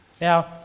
Now